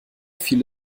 fiel